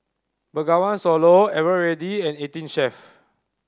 Bengawan Solo Eveready and Eighteen Chef